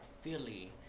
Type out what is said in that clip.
Philly